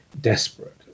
desperate